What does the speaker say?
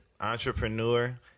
entrepreneur